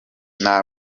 nta